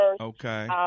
Okay